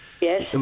Yes